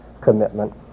commitment